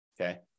okay